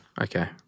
Okay